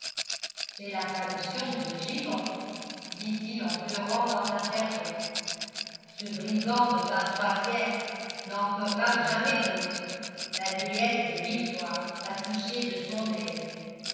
c'est la tradition du régiment dit-il en pleurant dans sa serviette ce brigand de ème n'en fera jamais d'autres la déesse des victoires l'a touché de son aile